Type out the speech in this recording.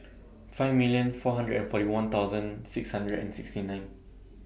five million four hundred and forty one thousand six hundred and sixty nine